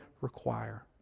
require